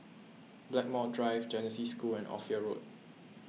Blackmore Drive Genesis School and Ophir Road